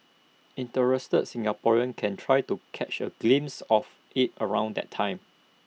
interested Singaporeans can try to catch A glimpse of IT around that time